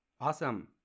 Awesome